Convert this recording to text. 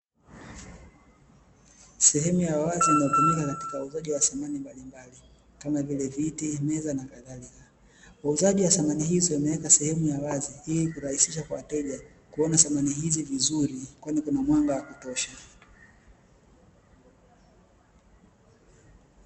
Sehemu ya wazi inayotumika katika uuzaji wa samani mbalimbali, kama vile viti, meza na kadhalika, wauzaji wa samani hizi wameweka sehemu ya wazi ili kurahisisha kwa wateja kuona samani hizi vizuri, kwani kuna mwanga wa kutosha.